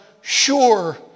sure